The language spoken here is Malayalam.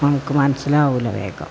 നമുക്ക് മനസ്സിലാകില്ല വേഗം